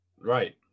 Right